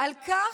על כך,